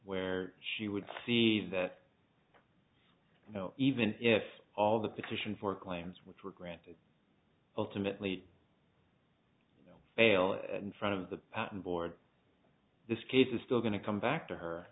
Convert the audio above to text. where she would see that you know even if all the petition for claims which were granted ultimately fail in front of the patent board this case is still going to come back to her